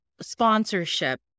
sponsorship